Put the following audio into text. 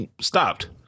stopped